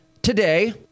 Today